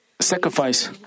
sacrifice